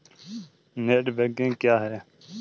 Net banking क्या है?